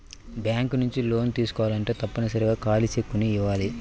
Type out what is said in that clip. bank నుంచి లోన్లు తీసుకోవాలంటే తప్పనిసరిగా ఖాళీ చెక్కుని ఇయ్యాలి